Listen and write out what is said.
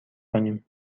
کنیم